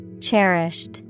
Cherished